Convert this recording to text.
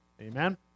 Amen